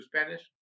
Spanish